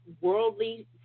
worldly